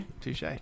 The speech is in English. Touche